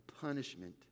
punishment